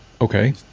Okay